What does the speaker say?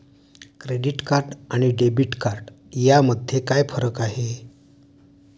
Credit card आणि debit card यामध्ये काय फरक आहे?